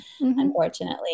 unfortunately